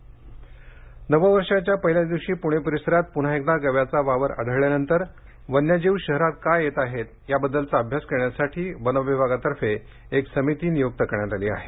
पणे वनसंरक्षण नव वर्षाच्या पहिल्याच दिवशी पूणे परिसरात पून्हा एकदा गव्याचा वावर आढळल्यानंतर वन्य जीव शहरात का येत आहेत याबद्दलचा अभ्यास करण्यासाठी वन विभागातर्फे एक समिती नियुक्त करण्यात आली आहे